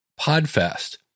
PodFest